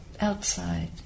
outside